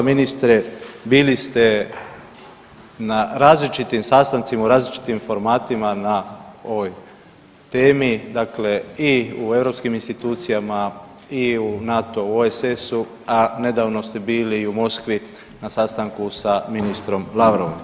Ministre bili ste na različitim sastancima u različitim formatima na ovoj temi, dakle i u europskim institucijama i u NATO, OESS-u, a nedavno ste bili i u Moskvi na sastanku sa ministrom Lavrovom.